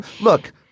Look –